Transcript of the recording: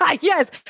Yes